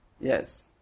Yes